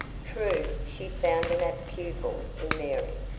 true, she found an apt pupil in mary,